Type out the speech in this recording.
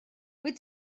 wyt